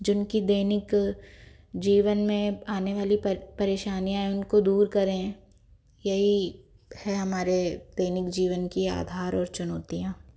जिनकी दैनिक जीवन में आने वाली परेशानी है उनको दूर करें यही है हमारे दैनिक जीवन की आधार और चुनौतियाँ